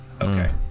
okay